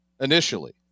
initially